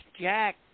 Jack